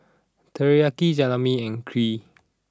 Teriyaki Jalebi and Kheer